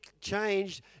changed